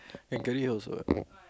can carry her also eh